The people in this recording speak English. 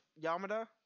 Yamada